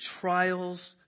trials